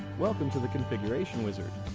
welcome to the configuration wizard.